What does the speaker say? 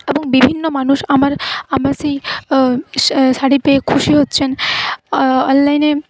এবং বিভিন্ন মানুষ আমার আমার সেই শ শাড়ি পেয়ে খুশি হচ্ছেন অনলাইনে